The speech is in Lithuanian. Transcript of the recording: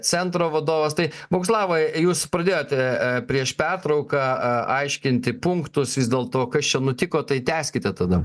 centro vadovas tai boguslavai jūs pradėjote e prieš pertrauką a aiškinti punktus vis dėl to kas čia nutiko tai tęskite tada